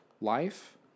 life